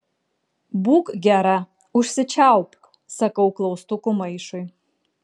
būk gera užsičiaupk sakau klaustukų maišui